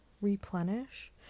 replenish